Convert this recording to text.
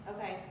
Okay